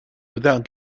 without